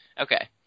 Okay